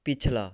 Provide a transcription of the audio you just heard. पिछला